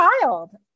child